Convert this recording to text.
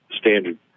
standard